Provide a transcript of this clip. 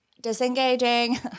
disengaging